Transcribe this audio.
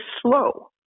slow